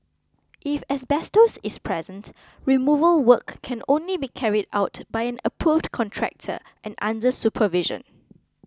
if asbestos is present removal work can only be carried out by an approved contractor and under supervision